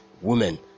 women